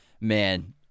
man